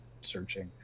searching